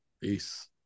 Peace